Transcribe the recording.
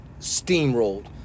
steamrolled